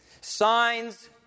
Signs